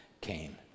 came